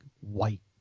white